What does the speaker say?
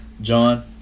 John